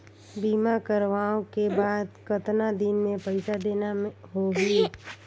बीमा करवाओ के बाद कतना दिन मे पइसा देना हो ही?